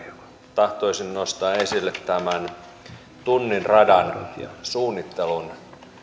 tahtoisin nostaa esille tämän tunnin radan suunnittelun